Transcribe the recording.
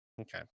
okay